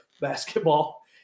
basketball